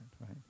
right